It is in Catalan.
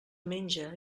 menja